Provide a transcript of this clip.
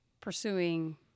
pursuing